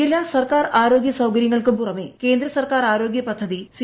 എല്ലാ സർക്കാർ ആരോഗ്യ സൌകര്യങ്ങൾക്കും പുറമെ കേന്ദ്ര സർക്കാർ ആരോഗ്യ പദ്ധതി സി